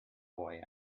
boy